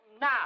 now